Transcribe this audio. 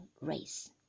race